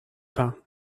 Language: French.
pas